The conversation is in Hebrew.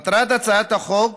מטרת הצעת החוק,